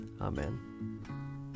Amen